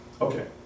okay